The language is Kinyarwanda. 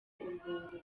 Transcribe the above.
urwunguko